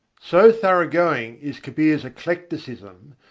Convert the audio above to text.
so thorough-going is kabir's eclecticism,